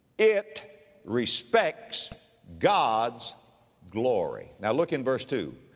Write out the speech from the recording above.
it respects god's glory. now look in verse two,